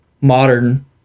modern